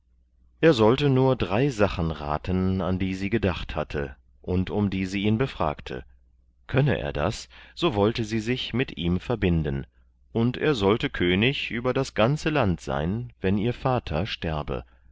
er sollte nur drei sachen raten an die sie gedacht hatte und um die sie ihn befragte könne er das so wollte sie sich mit ihm verbinden und er sollte könig über das ganze land sein wenn ihr vater sterbe